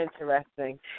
interesting